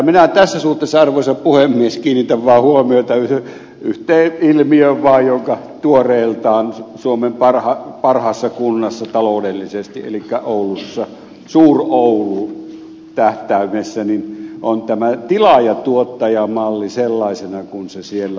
minä tässä suhteessa arvoisa puhemies kiinnitän huomiota yhteen ilmiöön vaan joka tuoreeltaan suomen parhaassa kunnassa taloudellisesti elikkä oulussa suur oulu tähtäimessä on tämä tilaajatuottaja malli sellaisena kuin se siellä on toteutettu